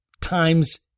times